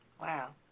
Wow